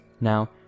Now